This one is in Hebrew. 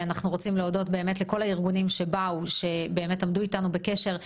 אנחנו רוצים להודות לכל הארגונים שבאו שבאמת עמדו איתנו בקשר.